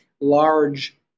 large